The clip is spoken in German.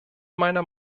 meiner